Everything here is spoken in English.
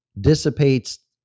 dissipates